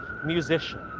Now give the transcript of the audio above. musician